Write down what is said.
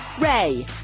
Ray